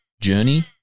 journey